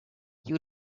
you